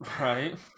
Right